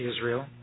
Israel